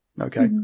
Okay